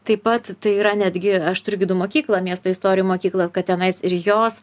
taip pat tai yra netgi aš turiu gidų mokyklą miesto istorijų mokyklą kad tenais ir jos